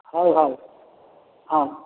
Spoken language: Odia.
ହଉ ହଉ ହଁ